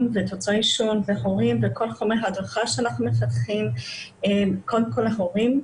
ומוצרי עישון ויש לנו חומר הדרכה שאנחנו מספקים להורים ולצעירים.